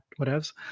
whatevs